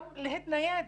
גם להתנייד.